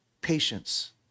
patience